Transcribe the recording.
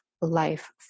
life